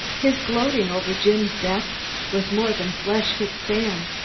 his gloating over jim's death was more than flesh could stand.